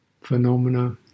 phenomena